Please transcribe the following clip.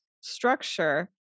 structure